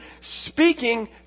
speaking